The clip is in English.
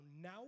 now